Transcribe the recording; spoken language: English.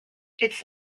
its